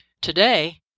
Today